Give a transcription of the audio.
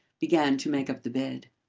began to make up the bed.